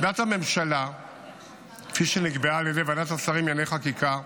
עמדת הממשלה כפי שנקבעה על ידי ועדת שרים לענייני חקיקה,